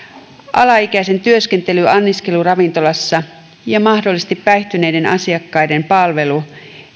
alaikäisen työskentely anniskeluravintolassa ja mahdollisesti päihtyneiden asiakkaiden palvelu